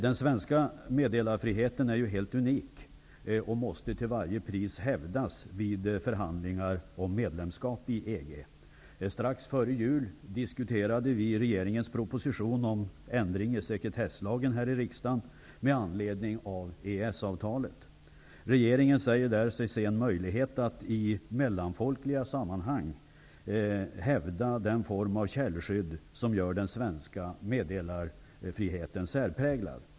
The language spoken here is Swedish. Den svenska meddelarfriheten är ju helt unik och måste till varje pris hävdas vid förhandlingar om medlemskap i EG. Strax före jul diskuterade vi här i riksdagen, med anledning av EES-avtalet, regeringens proposition om ändring i sekretesslagen. Regeringen säger sig i propositionen se en möjlighet att i mellanfolkliga sammanhang hävda den form av källskydd som gör den svenska meddelarfriheten särpräglad.